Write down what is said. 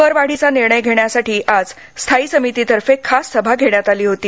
करवाढीचा निर्णय घेण्यासाठी आज स्थायी समितीतर्फे खास सभा घेण्यात आली होती